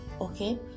Okay